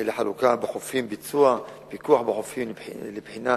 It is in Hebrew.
לחלוקה בחופים, ביצוע פיקוח בחופים לבחינה,